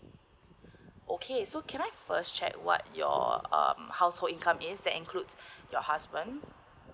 okay so can I first check what your err household income is that includes your husband